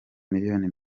miliyoni